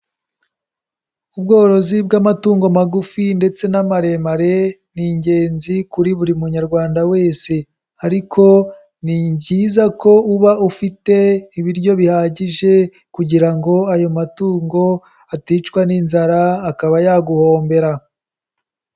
Ubworozi bw'amatungo magufi ndetse n'amaremare, ni ingenzi kuri buri Munyarwanda wese. Ariko ni byiza ko uba ufite ibiryo bihagije, kugira ngo ayo matungo aticwa n'inzara, akaba yaguhombera.